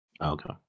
Okay